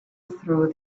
through